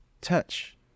touch